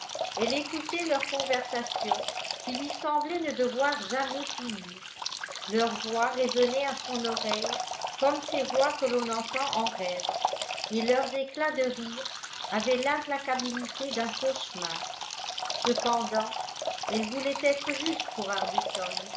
elle écoutait leur conversation qui lui semblait ne devoir jamais finir leurs voix résonnaient à son oreille comme ces voix que l'on entend en rêve et leurs éclats de rire avaient l'implacabilité d'un cauchemar cependant elle voulait être juste pour